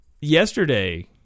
Yesterday